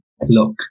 look